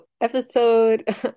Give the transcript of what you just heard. episode